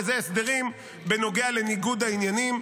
שזה הסדרים בנוגע לניגוד העניינים.